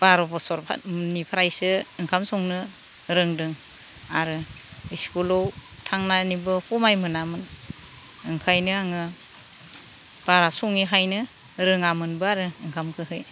बार' बोसोरनिफ्रायसो ओंखाम संनो रोंदों आरो इस्कुलाव थांनायनिबो समाय मोनामोन ओंखायनो आङो बारा सङैखायनो रोङामोनबो आरो ओंखामखोहै